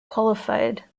qualified